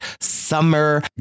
summer